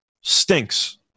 stinks